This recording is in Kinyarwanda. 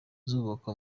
zubaka